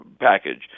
package